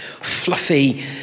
fluffy